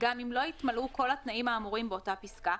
גם אם לא התמלאו כל התנאים האמורים באותה פסקה,